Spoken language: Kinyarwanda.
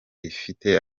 ifite